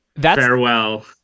Farewell